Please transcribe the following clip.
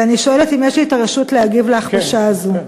ואני שואלת אם יש לי הרשות להגיב על ההכפשה הזאת.